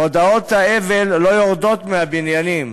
מודעות האבל לא יורדות מהבניינים,